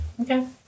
Okay